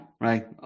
right